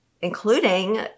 Including